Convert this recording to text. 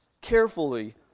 carefully